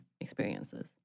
experiences